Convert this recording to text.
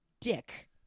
dick